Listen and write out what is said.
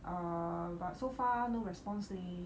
uh but so far no response leh